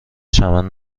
چمن